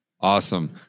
Awesome